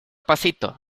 pasito